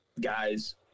guys